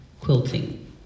quilting